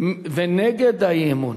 ונגד האי-אמון.